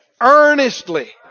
earnestly